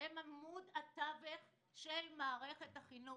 שהם עמוד התווך של מערכת החינוך.